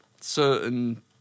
certain